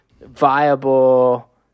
viable